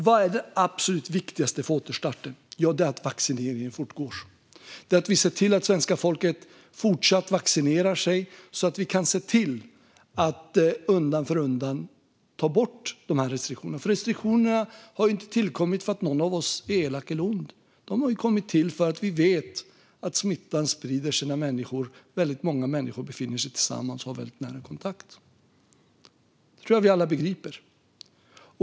Vad är det absolut viktigaste för återstarten? Det är att vaccineringen fortgår, att vi ser till att svenska folket fortsätter att vaccinera sig så att vi undan för undan kan ta bort restriktionerna. De har ju inte tillkommit för att någon av oss är elak eller ond. De har kommit till för att vi vet att smittan sprider sig när många människor befinner sig tillsammans och har väldigt nära kontakt. Det tror jag att vi alla begriper.